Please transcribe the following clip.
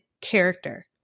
character